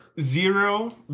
zero